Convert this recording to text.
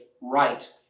right